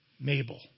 Mabel